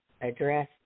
address